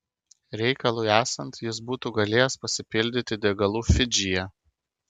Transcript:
reikalui esant jis būtų galėjęs pasipildyti degalų fidžyje